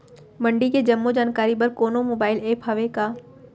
मंडी के जम्मो जानकारी बर कोनो मोबाइल ऐप्प हवय का?